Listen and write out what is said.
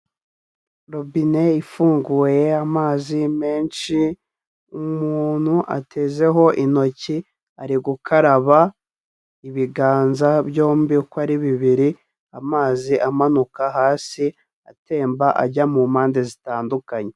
Robine ifunguye amazi menshi, umuntu atezeho intoki ari gukaraba ibiganza byombi uko ari bibiri, amazi amanuka hasi, atemba ajya mu mpande zitandukanye.